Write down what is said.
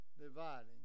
dividing